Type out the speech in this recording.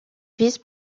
vice